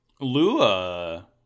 Lua